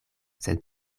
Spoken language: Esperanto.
sed